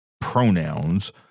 pronouns